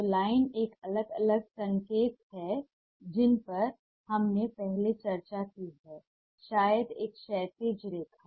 तो लाइन के अलग अलग संकेत हैं जिन पर हमने पहले चर्चा की है शायद एक क्षैतिज रेखा